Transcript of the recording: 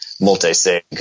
multi-sig